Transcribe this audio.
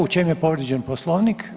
U čemu je povrijeđen Poslovnik?